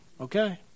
Okay